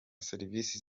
serivisi